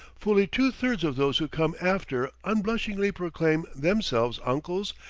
fully two-thirds of those who come after unblushingly proclaim themselves uncles,